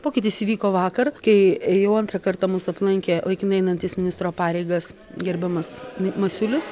pokytis įvyko vakar kai jau antrą kartą mus aplankė laikinai einantis ministro pareigas gerbiamas masiulis